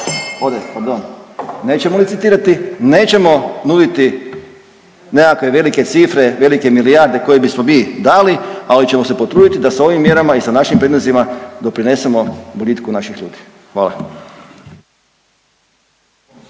ode, pardon, nećemo licitirati, nećemo nuditi nekakve velike cifre, velike milijarde koje bismo mi dali, ali ćemo se potruditi da sa ovim mjerama i sa našim prijedlozima doprinesemo boljitku naših ljudi. Hvala.